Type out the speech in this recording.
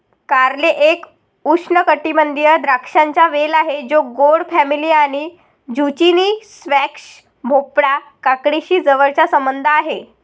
कारले एक उष्णकटिबंधीय द्राक्षांचा वेल आहे जो गोड फॅमिली आणि झुचिनी, स्क्वॅश, भोपळा, काकडीशी जवळचा संबंध आहे